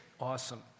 awesome